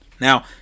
Now